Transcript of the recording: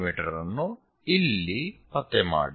me ಅನ್ನು ಇಲ್ಲಿ ಪತ್ತೆ ಮಾಡಿ